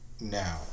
now